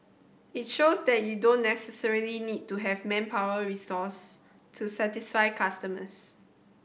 it shows that you don't necessarily need to have manpower resource to satisfy customers